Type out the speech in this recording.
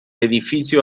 edificio